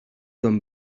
don